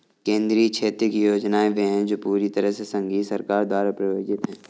केंद्रीय क्षेत्र की योजनाएं वे है जो पूरी तरह से संघीय सरकार द्वारा प्रायोजित है